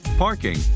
parking